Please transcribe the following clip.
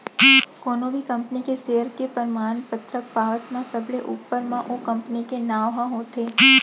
कोनो भी कंपनी के सेयर के परमान पतरक पावत म सबले ऊपर म ओ कंपनी के नांव ह होथे